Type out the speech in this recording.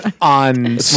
on